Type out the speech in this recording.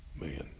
man